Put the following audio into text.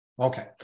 Okay